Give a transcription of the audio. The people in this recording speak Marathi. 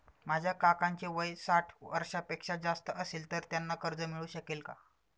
माझ्या काकांचे वय साठ वर्षांपेक्षा जास्त असेल तर त्यांना कर्ज मिळू शकेल का?